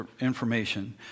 information